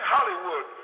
Hollywood